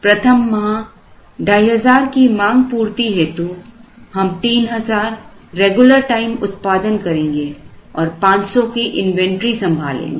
प्रथम माह 2500 की मांग पूर्ति हेतु हम 3000 रेगुलर टाइम उत्पादन करेंगे और 500 की इन्वेंटरी संभालेंगे